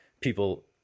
People